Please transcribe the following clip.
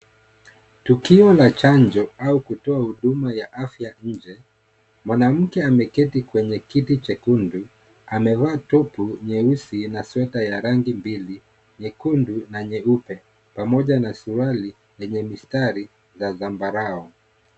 Tukio la chango au kutoa huduma ya afya nje. Mwanamke ameketi kwenye kiti chekundu. Amevaa top nyeusi na sweta ya rangi mbili; nyekundu na nyeupe, pamoja na suruali yenye mistari za zambarau.